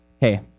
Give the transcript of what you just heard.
hey